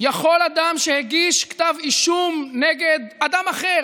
יכול אדם שהגיש כתב אישום נגד אדם אחר,